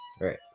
Right